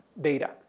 data